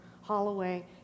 Holloway